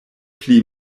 pli